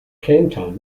canton